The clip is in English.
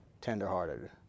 tenderhearted